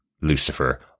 Lucifer